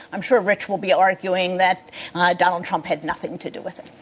i'm sure rich will be arguing that donald trump had nothing to do with it.